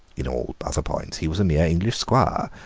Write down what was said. in all other points he was a mere english squire,